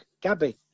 Gabby